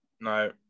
no